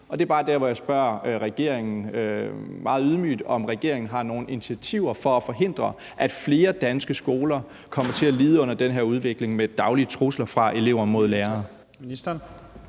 og det er bare der, hvor jeg spørger regeringen meget ydmygt, om regeringen har nogle initiativer til at forhindre, at flere danske skoler kommer til at lide under den her udvikling med daglige trusler fra elever mod lærere.